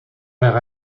vers